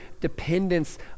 dependence